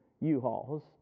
U-Hauls